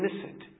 innocent